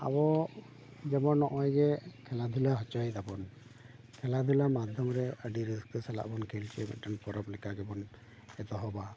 ᱟᱵᱚ ᱡᱮᱢᱚᱱ ᱱᱚᱜ ᱚᱭ ᱡᱮ ᱠᱷᱮᱞᱟ ᱫᱷᱩᱞᱟ ᱦᱚᱪᱚᱭ ᱫᱟᱵᱚᱱ ᱠᱷᱮᱞᱟ ᱫᱷᱩᱞᱟ ᱢᱟᱫᱽᱫᱷᱚᱢ ᱨᱮ ᱟᱹᱰᱤ ᱨᱟᱹᱥᱠᱟᱹ ᱥᱟᱞᱟᱜ ᱵᱚᱱ ᱠᱷᱮᱞ ᱦᱚᱪᱚᱭ ᱫᱟ ᱢᱤᱫᱴᱮᱱ ᱯᱚᱨᱚᱵᱽ ᱞᱮᱠᱟ ᱜᱮᱵᱚᱱ ᱮᱛᱚᱦᱚᱵᱟ